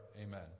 Amen